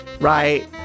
right